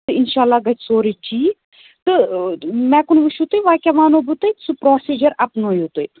تہٕ انشاء اللہ گَژھِ سورُے ٹھیٖک تہٕ مےٚ کُن وُچھِو تُہۍ وۅنۍ کیٛاہ وَنہو بہٕ تۄہہِ سُہ پرٛوسیٖجر اَپنٲوِو تُہۍ